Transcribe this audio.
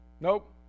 Nope